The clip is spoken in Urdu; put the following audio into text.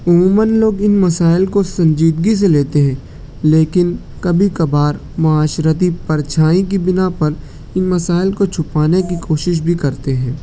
عموماً لوگ ان مسائل کو سنجیدگی سے لیتے ہیں لیکن کبھی کبھار معاشرتی پرچھائی کی بنا پر ان مسائل کو چھپانے کی کوشش بھی کرتے ہیں